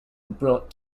brought